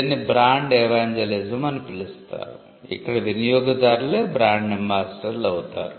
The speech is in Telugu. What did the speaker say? దీనిని బ్రాండ్ ఎవాంజెలిజం అని పిలుస్తారు ఇక్కడ వినియోగదారులే బ్రాండ్ అంబాసిడర్లు అవతారు